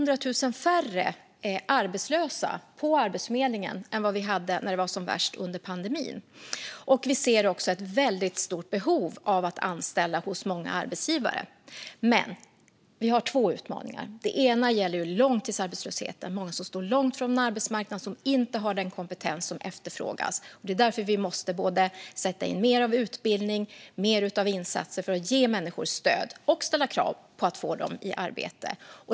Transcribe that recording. Dessutom är de arbetslösa på Arbetsförmedlingen hundra tusen färre än när det var som värst under pandemin. Det finns också ett väldigt stort behov hos många arbetsgivare av att anställa. Vi har dock två utmaningar. Den ena gäller långtidsarbetslösheten. Många står långt ifrån arbetsmarknaden och har inte den kompetens som efterfrågas. Därför måste vi sätta in mer utbildning och göra fler insatser för att ge människor stöd, men också ställa krav, för att få dem i arbete.